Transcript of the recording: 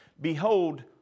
Behold